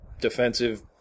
defensive